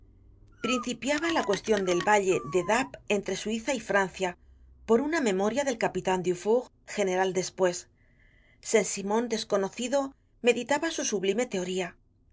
principiaba la cuestion del valle de dappes entre suiza y francia por una memoria del capitan dufour general despues saint simon desconocido meditaba su sublime teoría